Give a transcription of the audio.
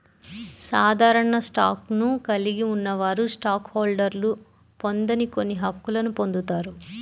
సాధారణ స్టాక్ను కలిగి ఉన్నవారు స్టాక్ హోల్డర్లు పొందని కొన్ని హక్కులను పొందుతారు